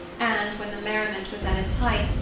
and, when the merriment was at its height,